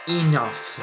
enough